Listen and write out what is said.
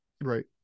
Right